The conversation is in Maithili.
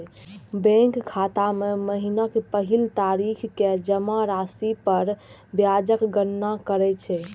बैंक खाता मे महीनाक पहिल तारीख कें जमा राशि पर ब्याजक गणना करै छै